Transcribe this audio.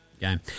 game